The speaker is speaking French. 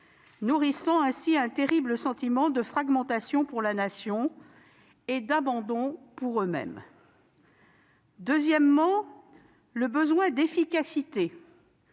nourrissant ainsi un terrible sentiment de fragmentation pour la Nation et d'abandon pour eux-mêmes. Deuxièmement, le besoin d'efficacité